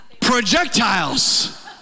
projectiles